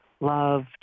love